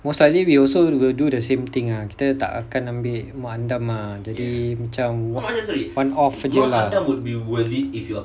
most likely we also will do the same thing lah kita tak akan ambil mak andam jadi ah the day macam one off saja lah